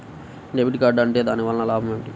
Debit card ఉంటే దాని వలన లాభం ఏమిటీ?